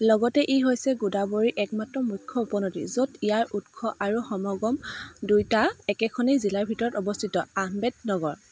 লগতে ই হৈছে গোদাৱৰীৰ একমাত্ৰ মুখ্য উপনদী য'ত ইয়াৰ উৎস আৰু সমাগম দুইটা একেখনেই জিলাৰ ভিতৰত অৱস্থিত আহমেদনগৰ